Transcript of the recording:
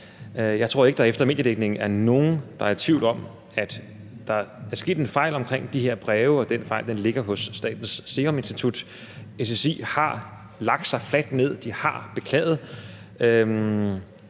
Jeg tror ikke, at der efter mediedækningen er nogen, der er i tvivl om, at der er sket en fejl omkring de her breve, og at den fejl ligger hos Statens Serum Institut. SSI har lagt sig fladt ned, de har beklaget.